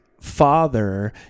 father